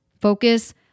Focus